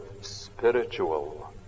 spiritual